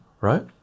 right